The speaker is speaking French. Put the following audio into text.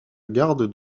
garde